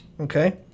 Okay